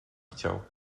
chciał